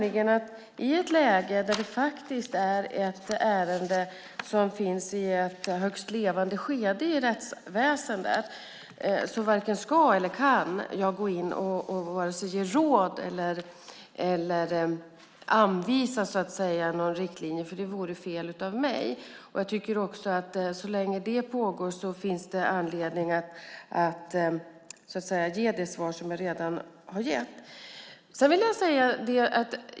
I ett läge där detta är ett ärende som finns i ett högst levande skede i rättsväsendet varken ska eller kan jag gå in och ge råd eller anvisningar. Det vore fel av mig. Så länge den rättsliga prövningen pågår finns det anledning att ge det svar som jag redan har gett.